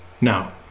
Now